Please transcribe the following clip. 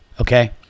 Okay